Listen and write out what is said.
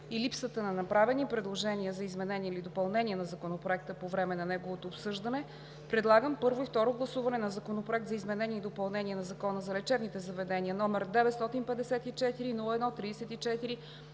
и липсата на направени предложения за изменение или допълнение на Законопроекта по време на неговото обсъждане, предлагам първо и второ гласуване на Законопроект за изменение и допълнение на Закона за лечебните заведения, № 954 01-34,